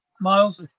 Miles